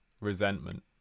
Resentment